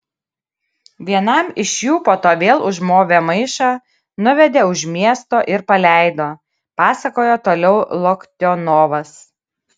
vienam iš jų po to vėl užmovė maišą nuvedė už miesto ir paleido pasakojo toliau loktionovas